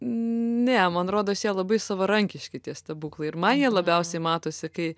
ne man rodos jie labai savarankiški tie stebuklai ir man jie labiausiai matosi kai